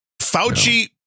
Fauci